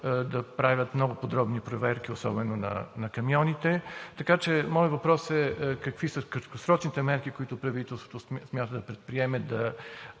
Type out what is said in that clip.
да правят много подробни проверки, особено на камионите. Така че моят въпрос е: какви са краткосрочните и по-дългосрочните мерки, които правителството смята да предприеме, за